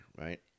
right